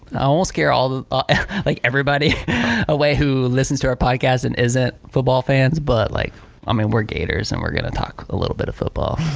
i won't scare like everybody away who listens to our podcast and isn't football fans, but like i mean we're gators and we're gonna talk a little bit of football.